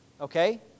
Okay